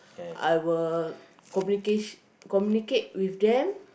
I will communicat~ communicate with them